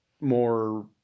more